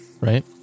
right